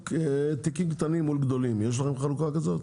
תיקים קטנים מול גדולים, יש לכם חלוקה כזאת